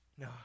no